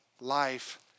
life